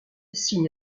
signe